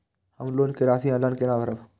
हम लोन के राशि ऑनलाइन केना भरब?